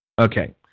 Okay